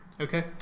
Okay